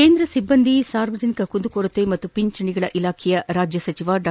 ಕೇಂದ್ರ ಸಿಬ್ಲಂದಿ ಸಾರ್ವಜನಿಕ ಕುಂದುಕೊರತೆ ಮತ್ತು ಪಿಂಚಣಿಗಳ ಇಲಾಖೆಯ ರಾಜ್ಯ ಸಚಿವ ಡಾ